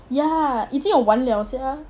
ya 已经要完了 sia